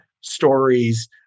stories